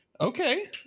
Okay